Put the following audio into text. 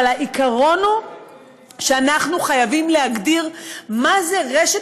אבל העיקרון הוא שאנחנו חייבים להגדיר מהי רשת